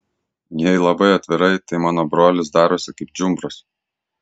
jei labai atvirai tai mano brolis darosi kaip džiumbras